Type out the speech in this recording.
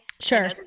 sure